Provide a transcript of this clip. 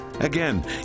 Again